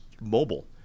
mobile